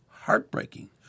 heartbreaking